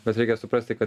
bet reikia suprasti kad